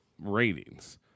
ratings